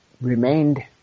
remained